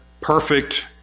perfect